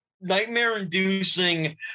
nightmare-inducing